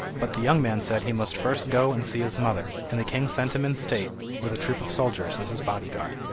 but the young man said he must first go and see his mother, and the king sent him in state, with a troop of soldiers as his bodyguard.